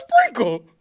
sprinkle